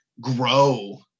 grow